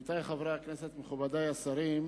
עמיתי חברי הכנסת, מכובדי השרים,